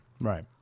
Right